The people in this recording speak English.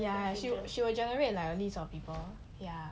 ya she will she will generate like a list of people ya